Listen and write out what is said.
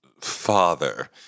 father